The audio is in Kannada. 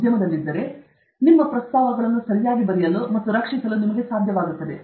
ನೀವು ಉದ್ಯಮದಲ್ಲಿದ್ದರೆ ನಿಮ್ಮ ಪ್ರಸ್ತಾಪಗಳನ್ನು ಸರಿಯಾಗಿ ಬರೆಯಲು ಮತ್ತು ರಕ್ಷಿಸಲು ನಿಮಗೆ ಸಾಧ್ಯವಾಗುತ್ತದೆ